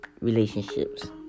relationships